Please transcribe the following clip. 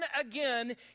again